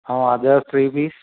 हा ॿियो फ़्रि बीस